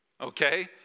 Okay